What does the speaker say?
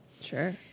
Sure